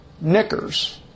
knickers